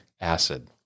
acid